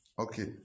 Okay